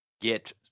get